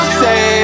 say